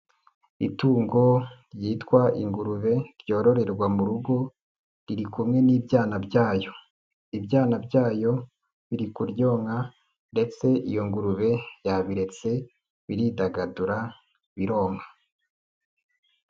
Itungo ryitwa ingurube ryororerwa mu rugo riri kumwe n'ibyana byayo, ibyana byayo biri kuryonka ndetse iyo ngurube yabiretse biridagadura bironka.